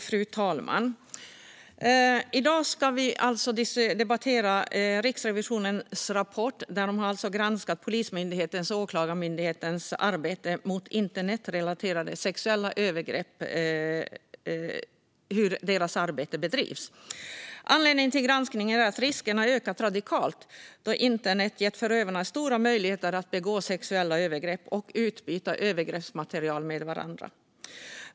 Fru talman! I dag ska vi debattera Riksrevisionens rapport. Man har granskat hur Polismyndighetens och Åklagarmyndighetens arbete mot internetrelaterade sexuella övergrepp bedrivs. Anledningen till granskningen är att riskerna har ökat radikalt, då internet har gett förövarna stora möjligheter att begå sexuella övergrepp och utbyta övergreppsmaterial med varandra.